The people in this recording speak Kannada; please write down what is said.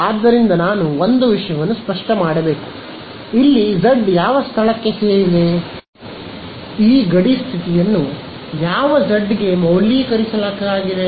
ಆದ್ದರಿಂದ ನಾನು ಒಂದು ವಿಷಯವನ್ನು ಸ್ಪಷ್ಟ ಮಾಡಬೇಕು ಇಲ್ಲಿ z ಯಾವ ಸ್ಥಳಕ್ಕೆ ಸೇರಿದೆ ಈ ಗಡಿ ಸ್ಥಿತಿಯನ್ನು ಯಾವ z ಗೆ ಮೌಲ್ಯೀಕರಿಸಲಾಗಿದೆ